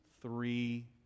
three